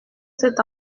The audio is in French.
cet